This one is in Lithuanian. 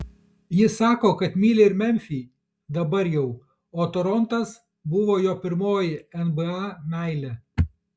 jis sako kad myli ir memfį dabar jau o torontas buvo jo pirmoji nba meilė